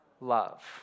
Love